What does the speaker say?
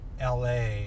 LA